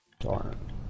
Darn